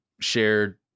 shared